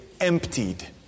emptied